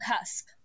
cusp